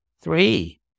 Three